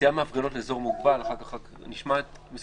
יצאה מההפגנות לאזור מוגבל.